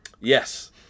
Yes